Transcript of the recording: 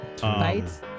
Bites